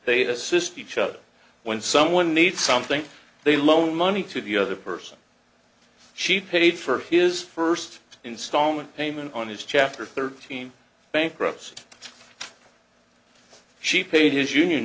they assist each other when someone needs something they loan money to the other person she paid for his first installment payment on his chapter thirteen bankruptcy she paid his union